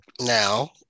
now